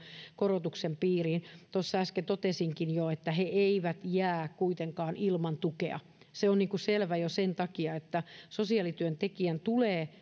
korotuksen piiriin tuossa äsken totesinkin jo että he eivät jää kuitenkaan ilman tukea se on selvä jo sen takia että sosiaalityöntekijän tulee